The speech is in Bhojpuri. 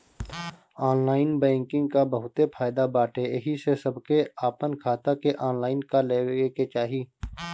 ऑनलाइन बैंकिंग कअ बहुते फायदा बाटे एही से सबके आपन खाता के ऑनलाइन कअ लेवे के चाही